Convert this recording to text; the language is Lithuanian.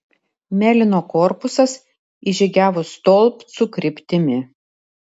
melino korpusas išžygiavo stolpcų kryptimi